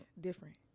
different